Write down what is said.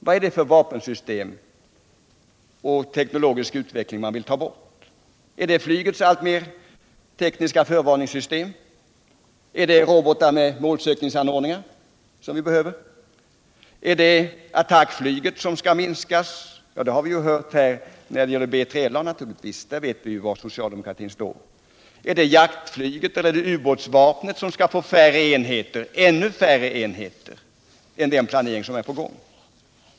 Vad är det för vapensystem och teknologisk utveckling man vill ta bort? Är det flygets alltmer tekniska förvarningssystem? Är det robotar med målsökningsanordningar? Är det attackflyget som skall minskas? I det senare fallet har vi ju hört vad man anser när det gäller B3LA -— där vet vi var socialdemokratin står. Är det jaktflyget eller ubåtsvapnet som skall få ännu färre enheter än enligt den planering som är på gång?